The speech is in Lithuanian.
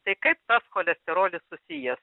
tai kaip tas cholesterolis susijęs